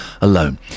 alone